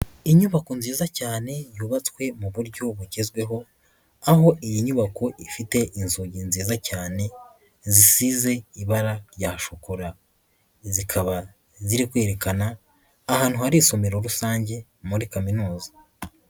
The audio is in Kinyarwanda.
Inyubako nziza cyane yubatswe mu buryo bugezweho, aho iyi nyubako ifite inzugi nziza cyane, zisize ibara rya shokora. Zikaba ziri kwerekana ahantu hari isomero rusange muri Kaminuza.